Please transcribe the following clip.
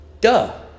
duh